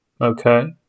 Okay